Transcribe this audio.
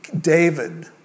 David